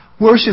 Worship